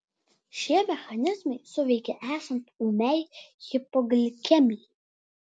šie mechanizmai suveikia esant ūmiai hipoglikemijai